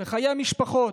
חיי המשפחות,